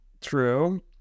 True